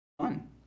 fun